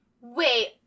Wait